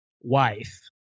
wife